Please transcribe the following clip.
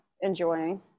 enjoying